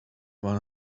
one